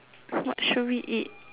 what should we eat